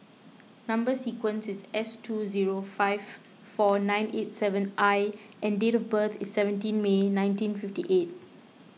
Number Sequence is S two zero five four nine eight seven I and date of birth is seventeen May nineteen fifty eight